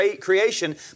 creation